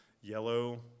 yellow